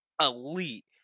elite